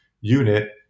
unit